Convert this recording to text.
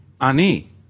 Ani